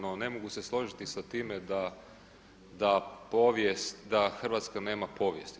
No, ne mogu se složiti sa time da povijest, da Hrvatska nema povijesti.